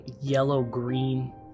yellow-green